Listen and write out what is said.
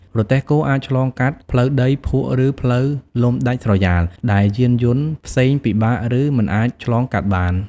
រទេះគោអាចឆ្លងកាត់ ផ្លូវដី ភក់ ឬផ្លូវលំដាច់ស្រយាល ដែលយានយន្តផ្សេងពិបាក ឬមិនអាចឆ្លងកាត់បាន ។